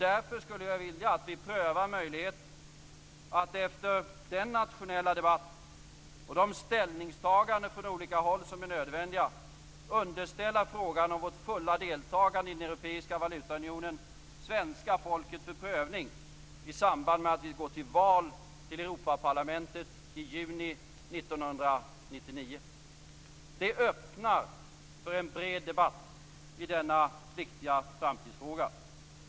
Därför skulle jag vilja att vi prövade möjligheten att efter den nationella debatt och de ställningstaganden från olika håll som är nödvändiga underställa svenska folket frågan om vårt fulla deltagande i den europeiska valutaunionen för prövning i samband med att vi går till val till Europaparlamentet i juni 1999. Det öppnar för en bred debatt i denna viktiga framtidsfråga.